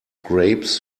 grapes